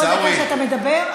כל דקה שאתה מדבר,